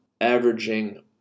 Averaging